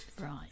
Right